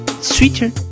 sweeter